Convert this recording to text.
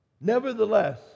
Nevertheless